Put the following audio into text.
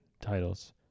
titles